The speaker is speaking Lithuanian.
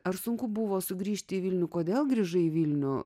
ar sunku buvo sugrįžti į vilnių kodėl grįžai į vilnių